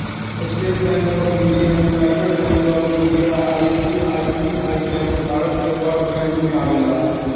estate bank of India, united bank of India, ICICI bank Bharat के बड़ bank में आवेला